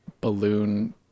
balloon